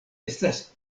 estas